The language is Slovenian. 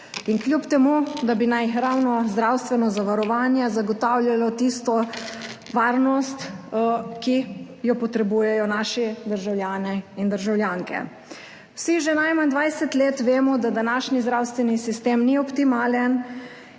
to kljub temu, da bi naj ravno zdravstveno zavarovanje zagotavljalo tisto varnost, ki jo potrebujejo naši državljani in državljanke. Vsi že najmanj 20 let vemo, da današnji zdravstveni sistem ni optimalen